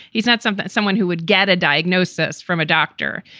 he's not something someone who would. get a diagnosis from a doctor.